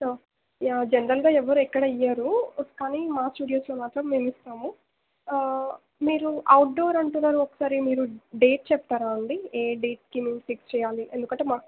yeah జనరల్గా ఎవరు ఎక్కడ ఇవ్వరు కానీ మా స్టూడియోస్లో మాత్రం మేము ఇస్తాము మీరు అవుట్డోర్ అంటున్నారు ఒకసారి మీరు డేట్ చెప్తారా అండి ఏ డేట్కి మేము ఫిక్స్ చేయాలి ఎందుకంటే మా